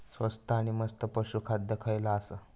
स्वस्त आणि मस्त पशू खाद्य खयला आसा?